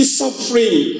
suffering